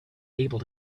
able